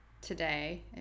today